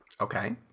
Okay